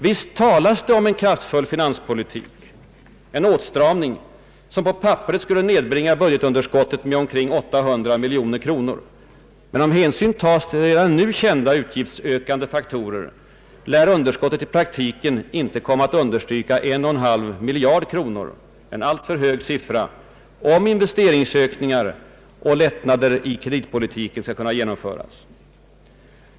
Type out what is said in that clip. Visst talas det om en kraftfull finanspolitisk åtstramning, som på papperet skulle nedbringa budgetunderskottet till omkring 800 miljoner kronor. Men om hänsyn tas till redan nu kända utgiftsökande faktorer, lär underskottet i praktiken inte komma att understiga 1,5 miljarder kronor, en alltför hög siffra om investeringsökningar och lättnader i kreditpolitiken skall kunna genomföras.